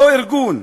אותו ארגון,